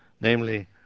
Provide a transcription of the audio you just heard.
Namely